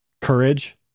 Courage